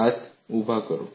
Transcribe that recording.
તમારા હાથ ઉભા કરો